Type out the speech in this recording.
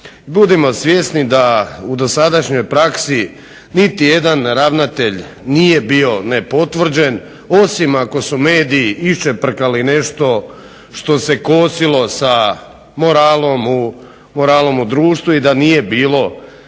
Budimo svjesni da u dosadašnjoj praksi niti jedan ravnatelja nije bio nepotvrđen, osim ako su mediji iščeprkali nešto što se kosilo sa moralom u društvu i da nije bilo nikakvih,